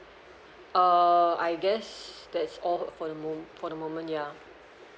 uh I guess that is all for the mom~ for the moment ya